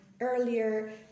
earlier